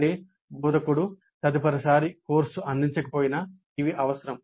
అదే బోధకుడు తదుపరిసారి కోర్సును అందించకపోయినా ఇవి అవసరం